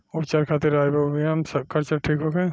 उपचार खातिर rhizobium culture ठीक होखे?